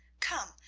come,